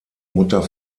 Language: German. mutter